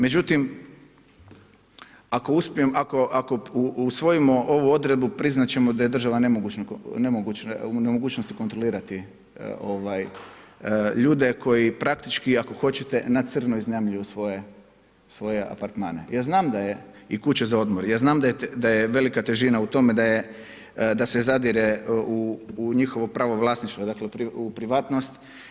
Međutim, ako usvojimo ovu odredbu priznati ćemo da je država u nemogućnosti kontrolirati ljude koji praktički ako hoćete na crno iznajmljuju svoje apartmane i kuće za odmor, ja znam da je velika težina u tome da se zadire u njihovo pravo vlasništva, dakle u privatnost.